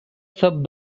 sub